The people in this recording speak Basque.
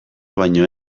baino